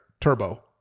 turbo